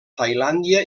tailàndia